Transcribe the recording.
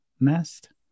nest